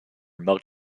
milk